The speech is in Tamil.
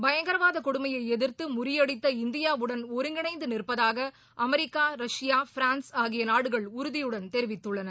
பயங்கரவாத கொடுமையை எதிர்த்து முறியடித்த இந்தியாவுடன் ஒருங்கிணைந்து நிற்பதாக அமெரிக்கா ரஷ்யா பிரான்ஸ் ஆகிய நாடுகள் உறுதியுடன் தெரிவித்துள்ளன